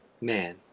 man